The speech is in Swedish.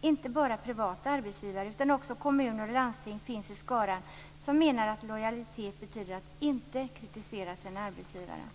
Inte bara privata arbetsgivare utan också kommuner och landsting finns i skaran som menar att lojalitet betyder att inte kritisera sina arbetsgivare.